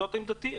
זאת עמדתי.